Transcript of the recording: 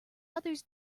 others